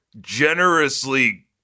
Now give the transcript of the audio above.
generously